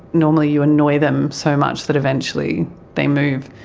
normally you annoy them so much that eventually they move,